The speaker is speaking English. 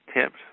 Tips